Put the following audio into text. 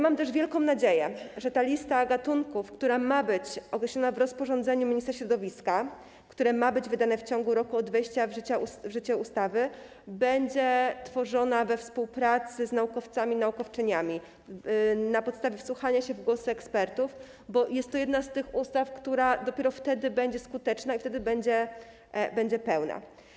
Mam też wielką nadzieję, że ta lista gatunków, która ma być określona w rozporządzeniu ministra środowiska, które ma być wydane w ciągu roku od wejścia w życie ustawy, będzie tworzona we współpracy z naukowcami i naukowczyniami, na podstawie wsłuchania się w głosy ekspertów, bo jest to jedna z tych ustaw, które dopiero wtedy będą skuteczne i wtedy będą pełne.